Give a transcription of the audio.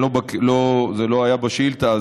זה לא היה בשאילתה,